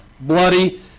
bloody